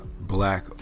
black